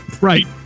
Right